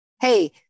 hey